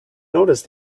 noticed